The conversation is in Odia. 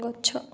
ଗଛ